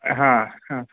हा ह